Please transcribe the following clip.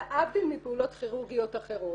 להבדיל מפעולות כירורגיות אחרות.